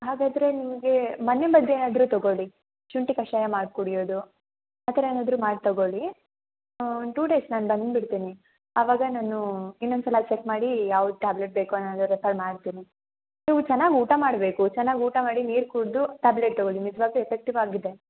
ಹಾಗಾದರೆ ನಿಮಗೆ ಮನೆಮದ್ದು ಏನಾದರು ತೊಗೊಳ್ಳಿ ಶುಂಠಿ ಕಷಾಯ ಮಾಡಿ ಕುಡಿಯೋದು ಆ ಥರ ಏನಾದರು ಮಾಡಿ ತೊಗೊಳಿ ಒಂದು ಟೂ ಡೇಸ್ ನಾನು ಬಂದುಬಿಡ್ತೀನಿ ಅವಾಗ ನಾನು ಇನ್ನೊಂದು ಸಲ ಚೆಕ್ ಮಾಡಿ ಯಾವ ಟ್ಯಾಬ್ಲೆಟ್ ಬೇಕು ಅನ್ನೋದು ರೆಫರ್ ಮಾಡ್ತೀನಿ ನೀವು ಚೆನ್ನಾಗಿ ಊಟ ಮಾಡಬೇಕು ಚೆನ್ನಾಗಿ ಊಟ ಮಾಡಿ ನೀರು ಕುಡಿದು ಟ್ಯಾಬ್ಲೆಟ್ ತೊಗೊಳ್ಳಿ ನಿಜವಾಗ್ಲು ಎಫೆಕ್ಟಿವ್ ಆಗಿದೆ